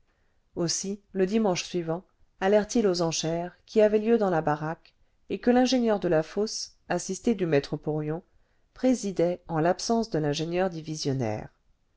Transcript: aussi le dimanche suivant allèrent ils aux enchères qui avaient lieu dans la baraque et que l'ingénieur de la fosse assisté du maître porion présidait en l'absence de l'ingénieur divisionnaire